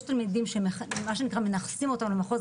יש תלמידים שמנכסים אותם למחוז,